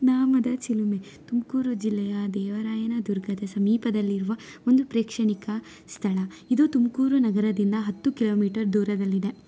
ನಾಮದ ಚಿಲುಮೆ ತುಮಕೂರು ಜಿಲ್ಲೆಯ ದೇವರಾಯನದುರ್ಗದ ಸಮೀಪದಲ್ಲಿರುವ ಒಂದು ಪ್ರೇಕ್ಷಣೀಯ ಸ್ಥಳ ಇದು ತುಮಕೂರು ನಗರದಿಂದ ಹತ್ತು ಕಿಲೋಮೀಟರ್ ದೂರದಲ್ಲಿದೆ